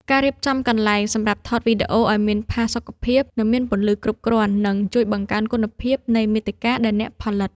ការរៀបចំកន្លែងសម្រាប់ថតវីដេអូឱ្យមានផាសុកភាព និងមានពន្លឺគ្រប់គ្រាន់ នឹងជួយបង្កើនគុណភាពនៃមាតិកាដែលអ្នកផលិត។